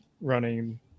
running